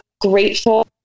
grateful